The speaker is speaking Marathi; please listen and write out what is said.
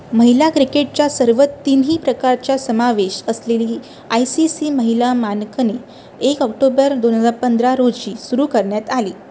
महिला क्रिकेटच्या सर्व तीनही प्रकारच्या समावेश असलेली आय सी सी महिला मानांकने एक ऑक्टोबर दोन हजार पंधरा रोजी सुरू करण्यात आली